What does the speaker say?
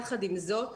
יחד עם זאת,